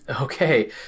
Okay